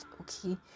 okay